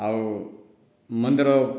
ଆଉ ମନ୍ଦିର